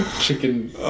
Chicken